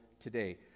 today